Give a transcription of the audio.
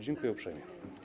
Dziękuję uprzejmie.